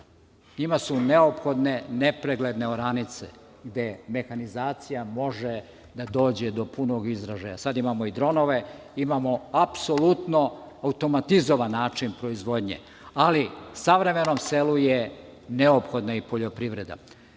njima su neophodne nepregledne oranice, gde mehanizacija može da dođe do punog izražaja. Sada imamo i dronove, imamo apsolutno automatizovan način proizvodnje, ali savremenom selu je neophodna i poljoprivreda.U